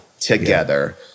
together